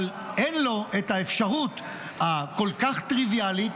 אבל אין לו את האפשרות הכל-כך טריוויאלית